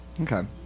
Okay